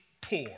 poor